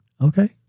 Okay